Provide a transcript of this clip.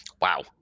Wow